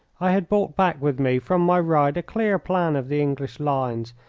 i had brought back with me from my ride a clear plan of the english lines,